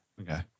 Okay